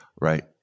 Right